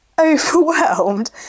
overwhelmed